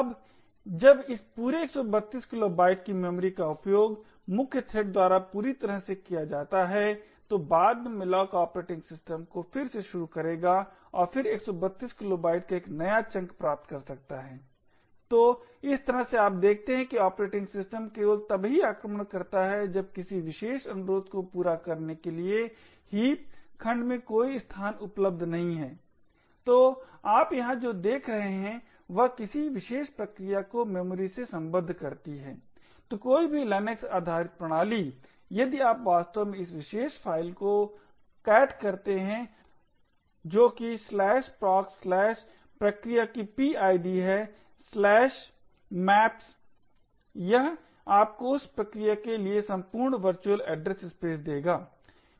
अब जब इस पूरे 132 किलोबाइट की मेमोरी का उपयोग मुख्य थ्रेड द्वारा पूरी तरह से किया जाता है तो बाद में malloc ऑपरेटिंग सिस्टम को फिर से शुरू करेगा और फिर 132 किलोबाइट का एक नया चंक प्राप्त कर सकता है तो इस तरह से आप देखते हैं कि ऑपरेटिंग सिस्टम केवल तब ही आक्रमण करता है जब किसी विशेष अनुरोध को पूरा करने के लिए हीप खंड में कोई स्थान उपलब्ध नहीं है तो आप यहाँ जो देख रहे हैं वह किसी विशेष प्रक्रिया को मेमोरी से सम्बद्ध करती है तो कोई भी लिनक्स आधारित प्रणाली यदि आप वास्तव में इस विशेष फ़ाइल को cat करते हैं जो कि proc प्रक्रिया की PID है maps यह आपको उस विशेष प्रक्रिया के लिए संपूर्ण वर्चुअल एड्रेस स्पेस देगा